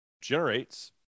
generates